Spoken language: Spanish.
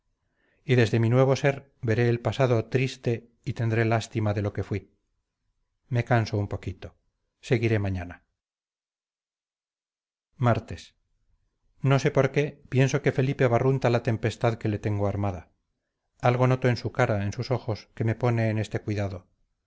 y desde mi nuevo ser veré el pasado triste y tendré lástima de lo que fuí me canso un poquito seguiré mañana martes no sé por qué pienso que felipe barrunta la tempestad que le tengo armada algo noto en su cara en sus ojos que me pone en este cuidado